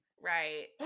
Right